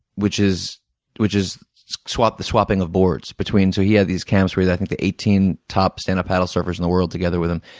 which is which is the swapping of boards between so he had these camps where, i think, the eighteen top stand up paddle surfers in the world together, with him,